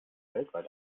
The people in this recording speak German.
weltweit